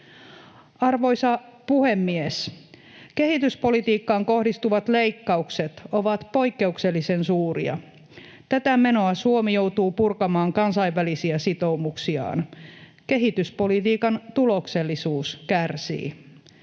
Arvoisa puhemies! Kehityspolitiikkaan kohdistuvat leikkaukset ovat poikkeuksellisen suuria. Tätä menoa Suomi joutuu purkamaan kansainvälisiä sitoumuksiaan, kehityspolitiikan tuloksellisuus kärsii.